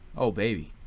oh baby.